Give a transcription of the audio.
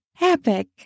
epic